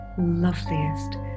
loveliest